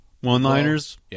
one-liners